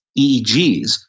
EEGs